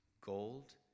gold